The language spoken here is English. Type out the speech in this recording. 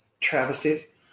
travesties